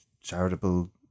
charitable